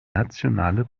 nationale